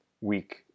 week